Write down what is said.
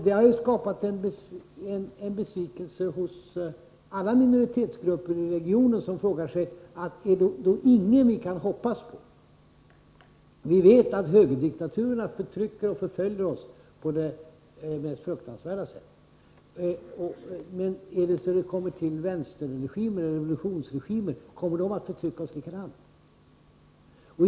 Det har skapat en besvikelse hos alla minoritetsgrupper i regionen, som frågar sig: Är det då ingen vi kan hoppas på? Vi vet att högerdiktaturerna förtrycker och förföljer oss på det mest fruktansvärda sätt, men hur blir det om vänsterregimer kommer till makten — kommer de att förtrycka oss likadant?